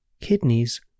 kidneys